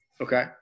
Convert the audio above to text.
Okay